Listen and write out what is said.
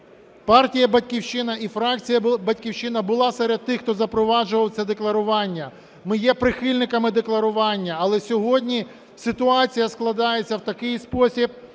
партія "Батьківщина" і фракція "Батьківщина" була серед тих, хто запроваджував це декларування, ми є прихильниками декларування. Але сьогодні ситуація складається в такий спосіб,